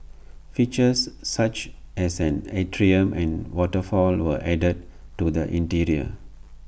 features such as an atrium and waterfall were added to the interior